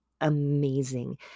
amazing